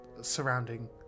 surrounding